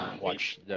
watch